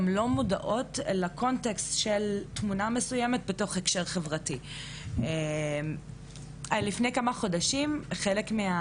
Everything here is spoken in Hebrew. לפני כמה חודשים חלק מהפרוייקט שלנו בשיתוף פעולה עם עמותות בנגב,